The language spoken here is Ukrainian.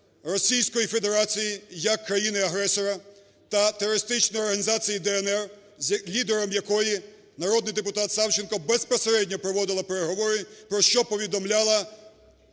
Російської Федерації як країни-агресора та терористичної організації "ДНР", з лідером якої народний депутат Савченко безпосередньо проводила переговори, про що повідомляла